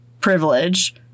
privilege